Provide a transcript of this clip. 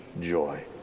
joy